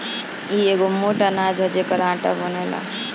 इ एगो मोट अनाज हअ जेकर आटा बनेला